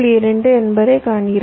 2 என்பதைக் காண்கிறோம்